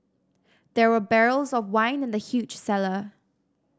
there were barrels of wine in the huge cellar